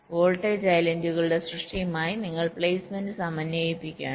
voltage ഐലൻഡ്കളുടെ സൃഷ്ടിയുമായി നിങ്ങൾ പ്ലെയ്സ്മെന്റ് സമന്വയിപ്പിക്കുകയാണ്